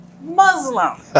Muslim